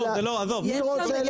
מי רוצה להעיר הערות?